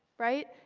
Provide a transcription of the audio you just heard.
right?